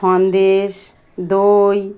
সন্দেশ দই